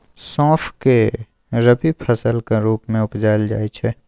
सौंफ केँ रबी फसलक रुप मे उपजाएल जाइ छै